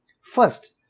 first